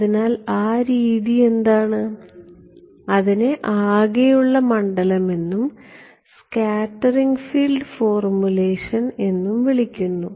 അതിനാൽ ആ രീതി എന്താണ് അതിനെ ആകെയുള്ള മണ്ഡലം എന്നും സ്കാറ്ററിംഗ് ഫീൽഡ് ഫോർമുലേഷൻ എന്നും വിളിക്കുന്നു